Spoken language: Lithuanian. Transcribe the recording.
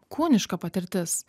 kūniška patirtis